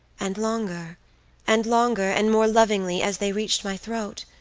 and longer and longer and more lovingly as they reached my throat,